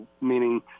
meaning